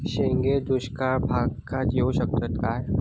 शेंगे दुष्काळ भागाक येऊ शकतत काय?